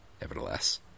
Nevertheless